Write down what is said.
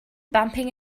bumping